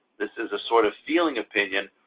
this is a sort of feeling opinion,